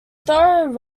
through